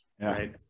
right